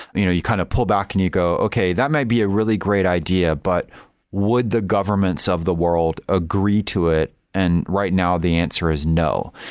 you know you kind of pull back and you go, okay. that might be a really great idea, but would the governments of the world agree to it? and right now the answer is no,